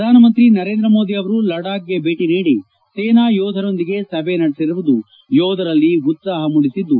ಪ್ರಧಾನಮಂತ್ರಿ ನರೇಂದ್ರ ಮೋದಿ ಅವರು ಲಡಾಖ್ಗೆ ಛೇಟಿ ನೀಡಿ ಸೇನಾ ಯೋಧರೊಂದಿಗೆ ಸಭೆ ನಡೆಸಿರುವುದು ಯೋಧರಲ್ಲಿ ಉತ್ಪಾಪ ಮೂಡಿಸಿದ್ದು